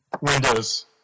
Windows